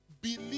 believe